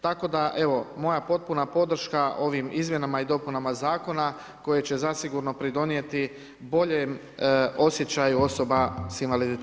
Tako da evo, moja potpuna podrška ovim izmjenama i dopunama zakona koje će zasigurno pridonijeti boljem osjećaju osoba sa invaliditetom.